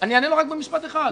אני אענה לו רק במשפט אחד.